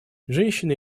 женщины